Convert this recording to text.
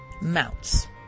mounts